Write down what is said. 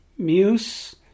Muse